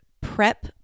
prep